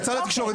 יצא לתקשורת,